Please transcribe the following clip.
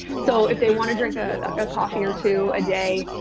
so if they want to drink a coffee or two a day,